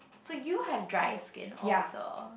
so you have dry skin also